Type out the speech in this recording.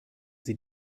sie